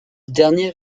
dernier